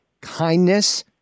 kindness